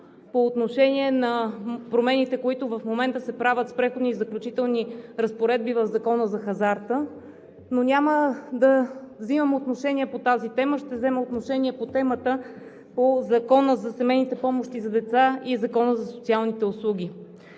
по отношение на промените, които се правят в момента с Преходните и заключителните разпоредби в Закона за хазарта, но няма да взема отношение по тази тема?! Ще взема отношение по Закона за семейните помощи за деца и Закона за социалните услуги.